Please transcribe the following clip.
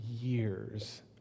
years